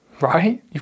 right